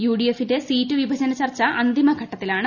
യുഡിഎഫിന്റെ സീറ്റു വിഭജനചർച്ച അന്തിമഘട്ടത്തിലാണ്